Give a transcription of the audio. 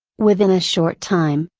within a short time,